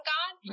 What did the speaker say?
God